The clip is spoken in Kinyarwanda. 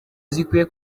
zikwiriye